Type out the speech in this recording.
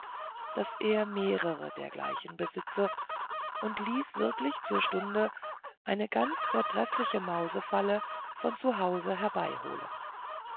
daß er mehrere dergleichen besitze und ließ wirklich zur stunde eine ganz vortreffliche mausfalle von hause